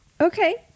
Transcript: Okay